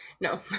No